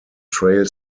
trail